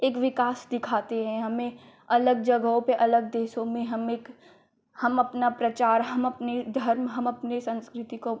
एक विकास दिखाती है हमें अलग जगहों पर अलग देशों में हम एक हम अपना प्रचार हम अपने धर्म हम अपनी संस्कृति को